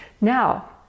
Now